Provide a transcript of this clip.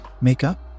makeup